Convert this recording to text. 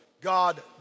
God